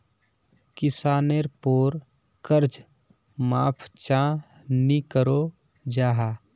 किसानेर पोर कर्ज माप चाँ नी करो जाहा?